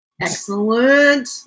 Excellent